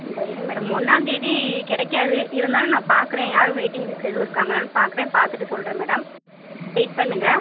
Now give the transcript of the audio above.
ம் தோ இருங்கள் மேடம் ஒன்னாம்தேதி கிடைக்காது இருந்தாலும் நான் பார்க்கறேன் யாரும் வெய்ட்டிங் லிஸ்ட்டில் எதுவும் இருக்காங்களான்னு பார்க்கறேன் பார்த்துட்டு சொல்கிறேன் மேடம் வெய்ட் பண்ணுங்கள்